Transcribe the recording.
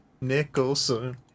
Nicholson